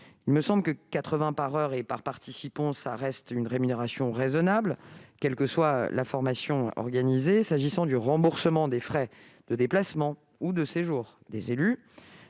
de 80 euros par heure et par participant reste une rémunération raisonnable, indépendamment de la formation organisée. S'agissant du remboursement des frais de déplacement ou de séjour des élus,